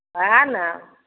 ओहए ने